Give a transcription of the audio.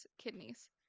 kidneys